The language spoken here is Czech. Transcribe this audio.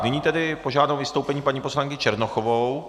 Nyní požádám o vystoupení paní poslankyni Černochovou.